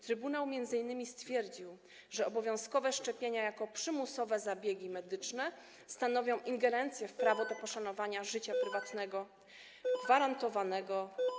Trybunał stwierdził m.in., że obowiązkowe szczepienia jako przymusowe zabiegi medyczne stanowią ingerencję w prawo do poszanowania życia prywatnego gwarantowanego.